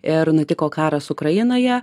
ir nutiko karas ukrainoje